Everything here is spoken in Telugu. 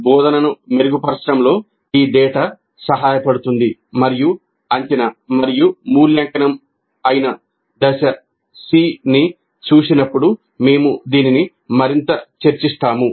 బోధనను మెరుగుపరచడంలో ఈ డేటా సహాయపడుతుంది మరియు అంచనా మరియు మూల్యాంకనం అయిన దశ C ని చూసినప్పుడు మేము దీనిని మరింత చర్చిస్తాము